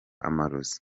amarozi